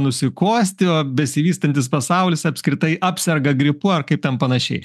nusikosti o besivystantis pasaulis apskritai apserga gripu ar kaip ten panašiai